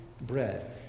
bread